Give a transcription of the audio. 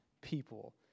people